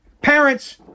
Parents